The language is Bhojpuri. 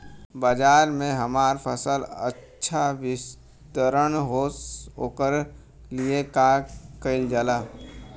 बाजार में हमार फसल अच्छा वितरण हो ओकर लिए का कइलजाला?